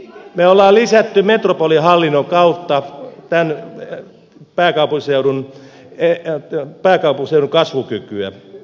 me olemme lisänneet metropolihallinnon kautta pääkaupunkiseudun kasvukykyä